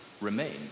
remain